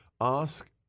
ask